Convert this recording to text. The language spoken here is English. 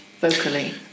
vocally